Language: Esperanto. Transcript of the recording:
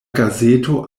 gazeto